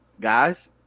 guys